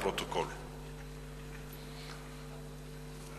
על שופטים ענו כי הנושא אינו בתחום שיפוטן.